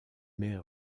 mets